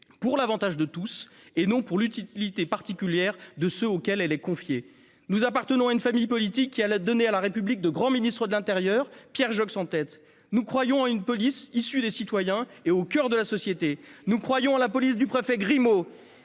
pour l'avantage de tous, et non pour l'utilité particulière de ceux auxquels elle est confiée. » Nous appartenons à une famille politique qui a donné à la République de grands ministres de l'intérieur, Pierre Joxe figurant en tête. Nous croyons en une police issue des citoyens et au coeur de la société. Nous croyons en la police du préfet Grimaud,